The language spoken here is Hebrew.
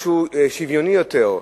משהו שוויוני יותר,